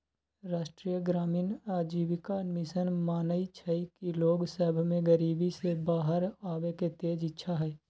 राष्ट्रीय ग्रामीण आजीविका मिशन मानइ छइ कि लोग सभ में गरीबी से बाहर आबेके तेज इच्छा हइ